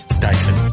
Dyson